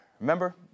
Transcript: Remember